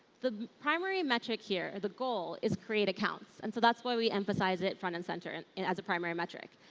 the primary metric here, the goal, is create accounts. and so that's why we emphasize it front and center and and as a primary metric.